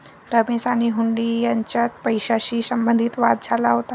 रमेश आणि हुंडी यांच्यात पैशाशी संबंधित वाद झाला होता